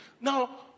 Now